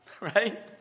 Right